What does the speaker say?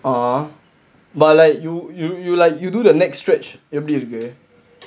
ah but like you you you like you do the next stretch everything is good